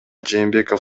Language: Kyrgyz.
жээнбеков